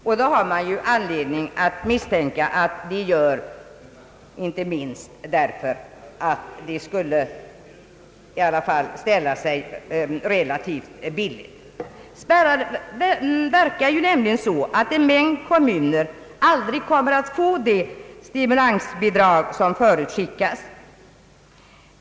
Och man har ju anledning att misstänka att så blir fallet, därför att bidragsbeloppet skulle bli relativt lågt. Spärrarna verkar nämligen så, att en mängd kommuner aldrig kommer att få något stimulansbidrag.